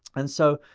and so,